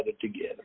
together